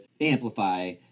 amplify